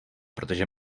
protože